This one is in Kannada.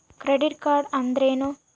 ಕ್ರೆಡಿಟ್ ಕಾರ್ಡ್ ಅಂದ್ರೇನು?